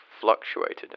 fluctuated